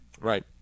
Right